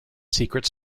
secret